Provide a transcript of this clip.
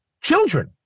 children